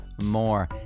more